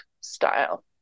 style